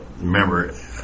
remember